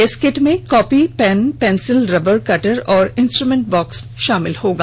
इस किट में copy pen pencil rubber cutter और इंस्ट्रमेंट बॉक्स षामिल होगा